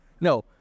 No